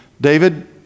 David